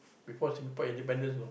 before Singapore independence know